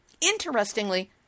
Interestingly